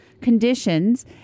conditions